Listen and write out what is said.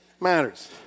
matters